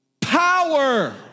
power